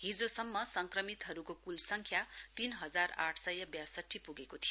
हिजोसम्म संक्रमितहरुको कुल संख्या तीन हजार आठ सय वासठी पुगेको थियो